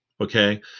okay